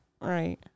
right